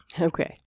Okay